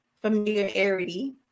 Familiarity